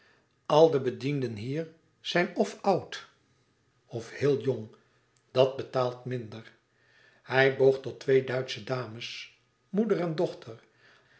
al de bedienden hier zijn f oud of héél jong dat betaalt minder hij boog tot twee duitsche dames moeder en dochter